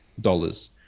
dollars